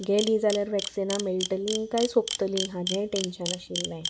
गेलीं जाल्यार वॅक्सिनां मेळटलीं कांय सोंपतलीं हाजेंय टेंन्शन आशिल्लें